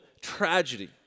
tragedy